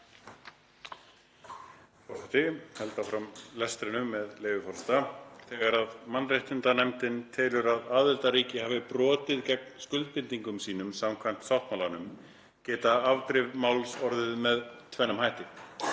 „Þegar mannréttindanefndin telur að aðildarríki hafi brotið gegn skuldbindingum sínum samkvæmt sáttmálanum geta afdrif máls orðið með tvennum hætti: